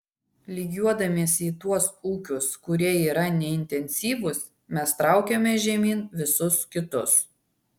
lygiuodamiesi į tuos ūkius kurie yra neintensyvūs mes traukiame žemyn visus kitus